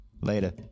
later